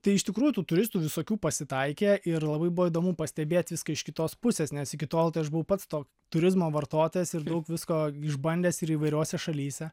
tai iš tikrųjų tų turistų visokių pasitaikė ir labai buvo įdomu pastebėt viską iš kitos pusės nes iki tol tai aš buvau pats to turizmo vartotojas ir daug visko išbandęs ir įvairiose šalyse